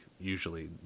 usually